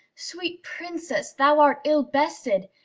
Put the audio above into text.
sweet princess, thou art ill bested,